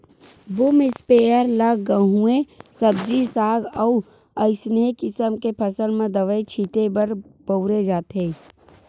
boom sprayer ल गहूँए सब्जी साग अउ असइने किसम के फसल म दवई छिते बर बउरे जाथे